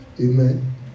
Amen